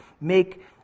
make